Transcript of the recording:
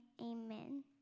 amen